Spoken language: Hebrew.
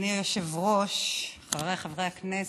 אדוני היושב-ראש, חבריי חברי הכנסת,